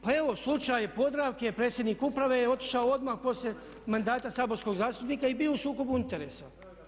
Pa evo slučaj Podravke, predsjednik uprave je otišao odmah poslije mandata saborskog zastupnika i bio u sukobu interesa.